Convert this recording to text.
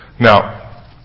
now